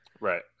Right